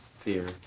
fear